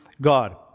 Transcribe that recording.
God